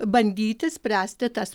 bandyti spręsti tas